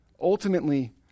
ultimately